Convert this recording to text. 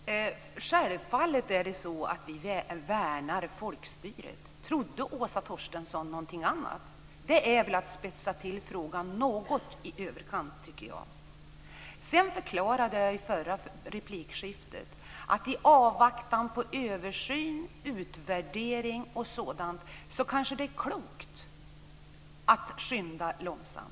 Fru talman! Självfallet är det så att vi värnar folkstyret. Trodde Åsa Torstensson någonting annat? Det är väl att spetsa till frågan något i överkant, tycker jag! Sedan förklarade jag i förra replikskiftet att i avvaktan på översyn, utvärdering och sådant så kanske det är klokt att skynda långsamt.